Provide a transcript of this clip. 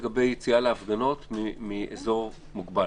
מה קורה לגבי יציאה להפגנות מאזור מוגבל?